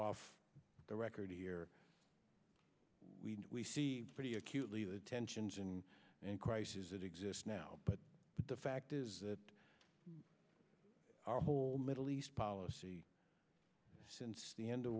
off the record here we see pretty acutely the tensions and and crises that exist now but the fact is that our whole middle east policy since the end of